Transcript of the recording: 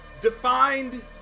defined